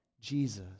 Jesus